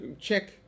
check